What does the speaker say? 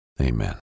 amen